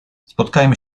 spotkajmy